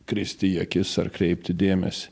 kristi į akis atkreipti dėmesį